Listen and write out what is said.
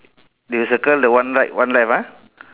then you circle the one right one left ah